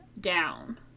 down